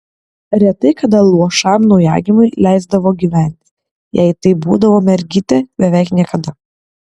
retai kada luošam naujagimiui leisdavo gyventi jei tai būdavo mergytė beveik niekada